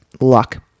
luck